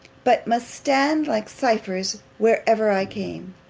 but must stand like ciphers wherever i came.